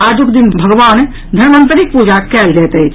आजुक दिन भगवान धनवंतरिक पूजा कयल जायत अछि